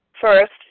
First